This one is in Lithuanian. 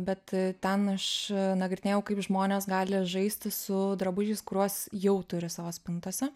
bet ten aš nagrinėjau kaip žmonės gali žaisti su drabužiais kuriuos jau turi savo spintose